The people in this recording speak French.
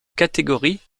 catégories